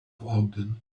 ogden